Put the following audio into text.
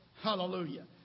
Hallelujah